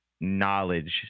knowledge